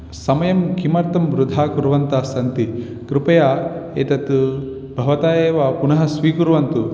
समयं किमर्थं वृथा कुर्वन्तः सन्ति कृपया एतत् भवता एव पुनः स्वीकुर्वन्तु